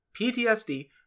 ptsd